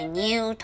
new